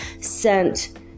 sent